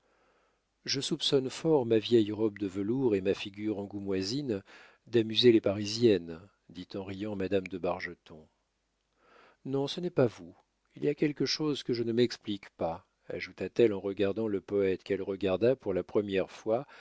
je soupçonne fort ma vieille robe de velours et ma figure angoumoisine d'amuser les parisiennes dit en riant madame de bargeton non ce n'est pas vous il y a quelque chose que je ne m'explique pas ajouta-t-elle en regardant le poète qu'elle regarda pour la première fois